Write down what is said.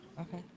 Okay